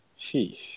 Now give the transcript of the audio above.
sheesh